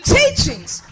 teachings